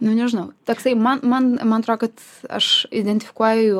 nu nežinau toksai man man man atro kad aš identifikuoju